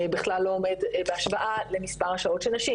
בכלל לא עומד בהשוואה למספר הנשים שנשים,